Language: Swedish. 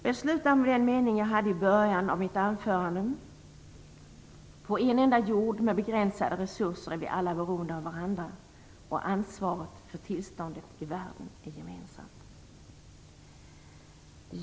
Jag slutar med den mening jag hade i början av mitt anförande: På en enda jord med begränsade resurser är vi alla beroende av varandra, och ansvaret för tillståndet i världen är gemensamt.